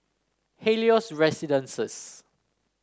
Helios Residences